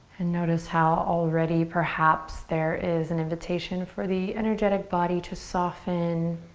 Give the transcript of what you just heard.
and notice how already perhaps there is an invitation for the energetic body to soften